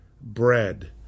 bread